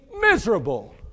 miserable